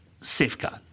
safeguard